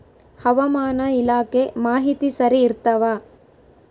ಹವಾಮಾನ ಇಲಾಖೆ ಮಾಹಿತಿ ಸರಿ ಇರ್ತವ?